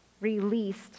released